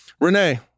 Renee